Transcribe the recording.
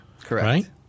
Correct